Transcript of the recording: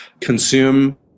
consume